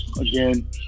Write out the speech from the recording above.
Again